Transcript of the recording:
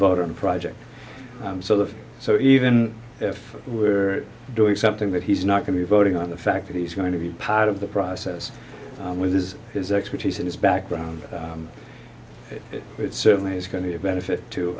vote on a project so that so even if we're doing something that he's not going to be voting on the fact that he's going to be part of the process with his his expertise and his background it certainly is going to be a benefit to